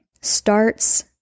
starts